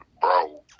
bro